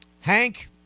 Hank